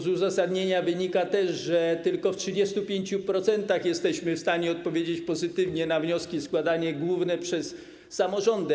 Z uzasadnienia wynika, że tylko w 35% jesteśmy w stanie odpowiedzieć pozytywnie na wnioski składane głównie przez samorządy.